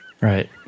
Right